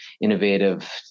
innovative